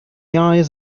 eyes